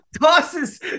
tosses